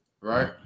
right